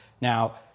Now